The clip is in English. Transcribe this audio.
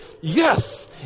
Yes